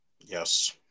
Yes